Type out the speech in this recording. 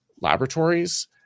laboratories